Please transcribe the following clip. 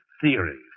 theories